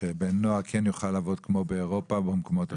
שבן נוער יוכל לעבוד כמו באירופה או במקומות אחרים?